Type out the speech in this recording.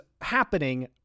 happening